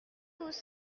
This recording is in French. tous